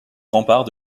remparts